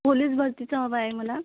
police भर्तीचं हवं आहे मला